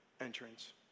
entrance